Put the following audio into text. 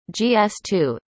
gs2